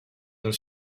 dal